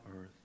earth